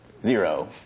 zero